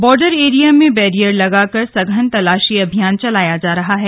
border area में barrier लगाकर सघन तलाशी अभियान चलाया जा रहा है